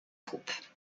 troupes